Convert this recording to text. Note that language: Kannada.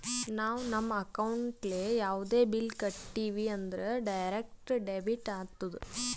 ನಾವು ನಮ್ ಅಕೌಂಟ್ಲೆ ಯಾವುದೇ ಬಿಲ್ ಕಟ್ಟಿವಿ ಅಂದುರ್ ಡೈರೆಕ್ಟ್ ಡೆಬಿಟ್ ಆತ್ತುದ್